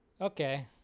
okay